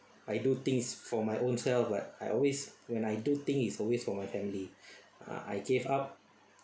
I do things for my own self like I always when I do thing it's always for my family ah I gave up